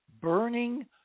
burning